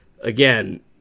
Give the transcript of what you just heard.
again